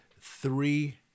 three